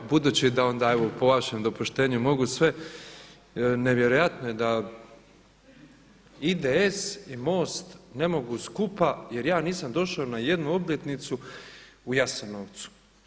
Aha, budući da evo po vašem dopuštenju mogu sve nevjerojatno da IDS i MOST ne mogu skupa jer ja nisam došao na jednu obljetnicu u Jasenovcu.